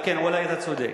כן, אולי אתה צודק.